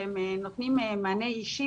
שהם נותנים מענה אישי